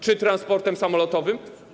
Czy transportem samolotowym?